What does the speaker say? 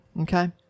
okay